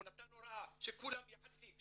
הוא נתן הוראה שכולם יורדים.